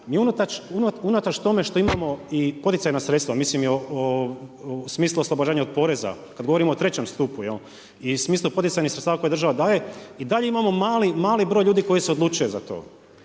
Ni unatoč tome što imamo i poticajna sredstva, mislim i u smislu oslobođenja od poreza kad govorimo o trećem stupu i smislu poticajnih sredstava koje država daje i dalje imamo mali broj ljudi koji se odlučuje za to.